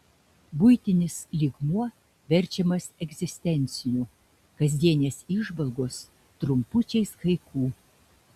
buitinis lygmuo verčiamas egzistenciniu kasdienės įžvalgos trumpučiais haiku